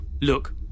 Look